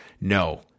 No